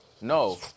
No